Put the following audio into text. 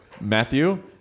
Matthew